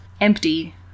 empty